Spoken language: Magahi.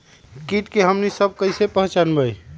किट के हमनी सब कईसे पहचान बई?